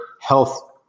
health